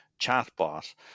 chatbot